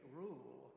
rule